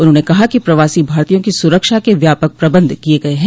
उन्होंने कहा कि प्रवासी भारतीयों की सुरक्षा के व्यापक प्रबंध किये गये हैं